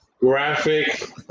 graphic